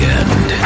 end